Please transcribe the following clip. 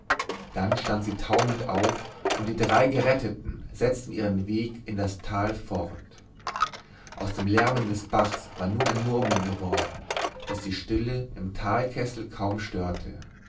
dann stand sie taumelnd auf und die drei geretteten setzten ihren weg in das tal fort aus dem lärmen des bachs war nun ein murmeln geworden das die stille im talkessel kaum störte